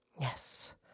Yes